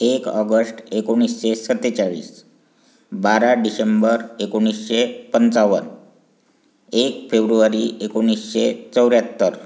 एक ऑगश्ट एकोणीसशे सत्तेचाळीस बारा डिसेंबर एकोणीसशे पंचावन्न एक फेब्रुवारी एकोणीसशे चौऱ्याहत्तर